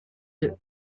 deux